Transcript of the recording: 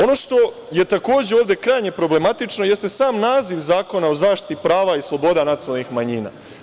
Ono što je, takođe, ovde krajnje problematično jeste sam naziv Zakona o zaštiti prava i sloboda nacionalnih manjina.